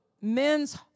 men's